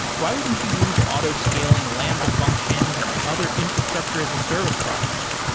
why wouldn't you use autoscaling lambda functions and other infrastructure as a service products?